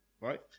right